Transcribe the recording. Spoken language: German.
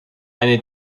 eine